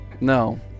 no